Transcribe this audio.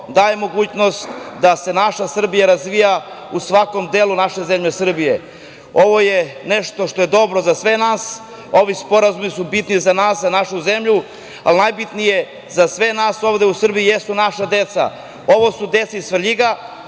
daje mogućnost da se naša Srbija razvija u svakom delu naše zemlje Srbije. Ovo je nešto što je dobro za sve nas. Ovi sporazumi su bitni za nas, za našu zemlju, ali najbitnije za sve nas ovde u Srbiji jesu naša deca. Ovo su deca iz Svrljiga